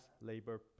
labor